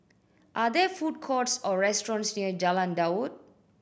are there food courts or restaurants near Jalan Daud